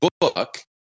book